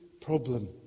problem